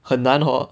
很难 hor